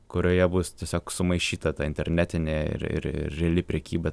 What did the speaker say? kurioje bus tiesiog sumaišyta ta internetinė ir ir reali prekyba taip kad jau bus